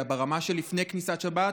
אלא ברמה של לפני כניסת שבת